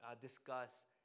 discuss